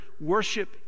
worship